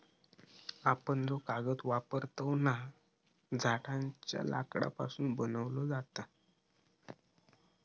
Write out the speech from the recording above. आपण जो कागद वापरतव ना, झाडांच्या लाकडापासून बनवलो जाता